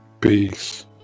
peace